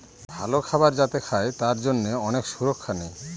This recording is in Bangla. ভালো খাবার যাতে খায় তার জন্যে অনেক সুরক্ষা নেয়